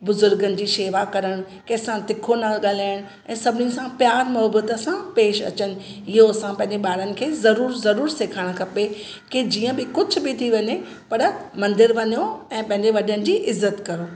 बुज़ुर्गनि जी शेवा करणु कंहिं सां तिखो न ॻाल्हाइणु ऐं सभिनी सां प्यारु मोहोबत सां पेश अचणु इहो असां पंहिंजे ॿारनि खे ज़रूरु ज़रूरु सेखारणु खपे कि जीअं बि कुझु बि थी वञे पर मंदरु वञो ऐं पंहिंजे वॾनि जी इज़त करणु